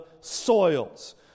soils